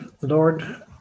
Lord